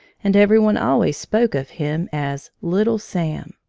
and every one always spoke of him as little sam.